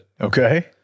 Okay